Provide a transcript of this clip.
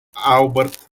albert